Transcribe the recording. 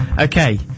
Okay